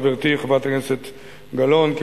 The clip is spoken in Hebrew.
חברתי חברת הכנסת גלאון,